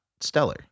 stellar